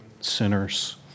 sinners